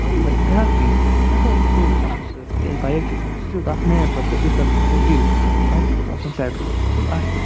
ؤری ؤری بیٛاکھ چیٖز پیٚٹرول پیٚٹرول گوٚژھ آسُن سۭتۍ تِکیٛازِ بایک چھِ سُہ چھُ تَتھ مین پٔرپَز سُہ چھُ تَتھ مطلب دِل بایکہِ گوٚژھ آسُن پیٚٹرول پیٹرول آسہِ نہٕ